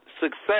success